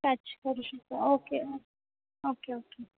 पाच वर्षं okay okay okay